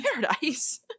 Paradise